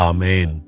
Amen